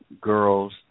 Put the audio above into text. girls